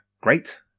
great